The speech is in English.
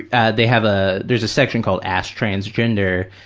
and they have, ah there's a section called ask transgender,